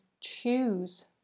choose